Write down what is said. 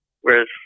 whereas